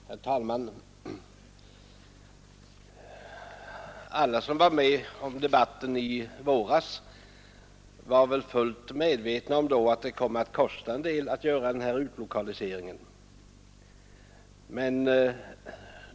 Herr talman! Alla som var med om debatten i våras var väl då fullt medvetna om att utlokaliseringen kommer att kosta en hel del.